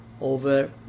over